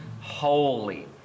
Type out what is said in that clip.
holy